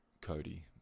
Cody